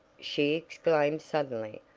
she exclaimed suddenly.